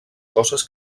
coses